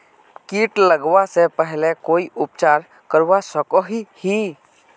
किट लगवा से पहले कोई उपचार करवा सकोहो ही?